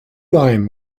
line